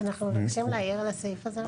אנחנו מבקשים להעיר על הסעיף הזה בבקשה.